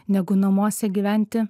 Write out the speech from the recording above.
negu namuose gyventi